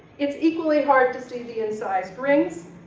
it's equally hard to see the incised rings,